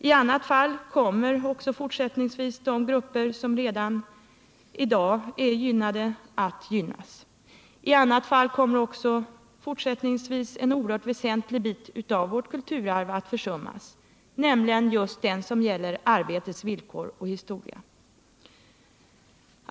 I annat fall kommer också fortsättningsvis de grupper som redan i dag är gynnade att gynnas. I annat fall kommer också fortsättningsvis en oerhört väsentlig bit av vårt kulturarv att försummas, nämligen den som gäller just arbetets villkor och historia.